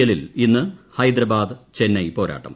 എല്ലിൽ ഇന്ന് ഹൈദരാബാദ് ചെന്നൈ പോരാട്ടം